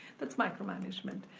that's my co-management.